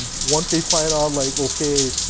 once they find out like, okay,